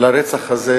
לרצח הזה,